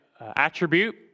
attribute